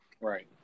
Right